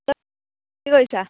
কি কৰিছা